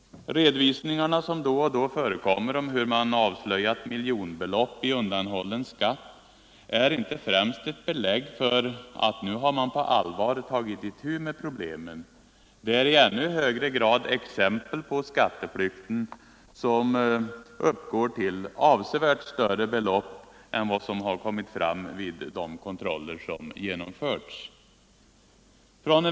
De redovisningar som då och då förekommer om hur man avslöjat miljonbelopp i undanhållen skatt är inte främst ett belägg för att man nu på allvar tagit itu med problemet. Det är i ännu högre grad exempel på skatteflykten, som uppgår till avsevärt större belopp än vad som kommit fram vid de kontroller som genomförts.